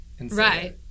Right